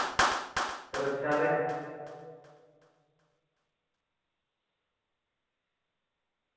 ᱥᱩᱨᱚᱠᱪᱷᱟ ᱨᱮ